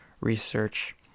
research